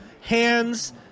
Hands